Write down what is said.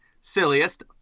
silliest